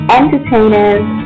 entertainers